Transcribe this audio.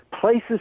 places